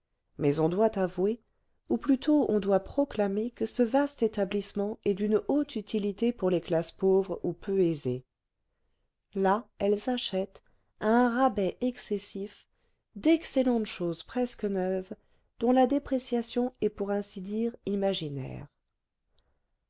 mais on doit avouer ou plutôt on doit proclamer que ce vaste établissement est d'une haute utilité pour les classes pauvres ou peu aisées là elles achètent à un rabais excessif d'excellentes choses presque neuves dont la dépréciation est pour ainsi dire imaginaire